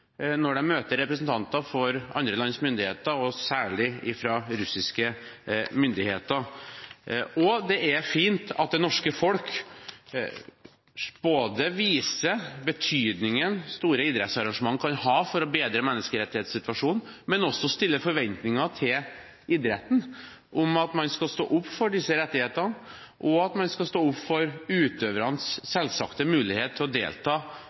når de møter representanter for andre lands myndigheter, og særlig russiske myndigheter. Det er fint at det norske folk både viser hvilken betydning store idrettsarrangementer kan ha for å bedre menneskerettighetssituasjonen, og også har forventninger til idretten om at man skal stå opp for disse rettighetene, og om at man skal stå opp for utøvernes selvsagte mulighet til å delta